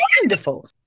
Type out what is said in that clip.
wonderful